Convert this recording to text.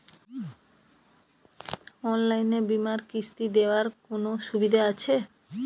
অনলাইনে বীমার কিস্তি দেওয়ার কোন সুবিধে আছে?